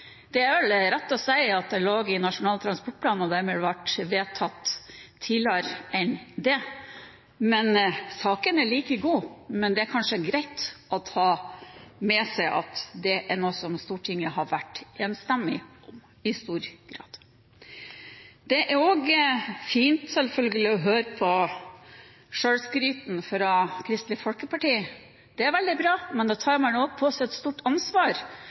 Det er vel rett å si at det lå i Nasjonal transportplan, og dermed ble vedtatt tidligere enn det. Saken er like god, men det er kanskje greit å ta med seg at det er noe som Stortinget har vært enstemmig om i stor grad. Det er også fint selvfølgelig å høre på selvskryten fra Kristelig Folkeparti. Det er veldig bra, men når man er så ensidig fokusert på